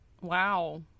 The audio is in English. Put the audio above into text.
Wow